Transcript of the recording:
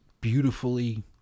beautifully